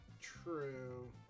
True